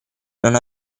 non